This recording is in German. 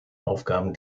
aufgaben